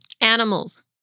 Animals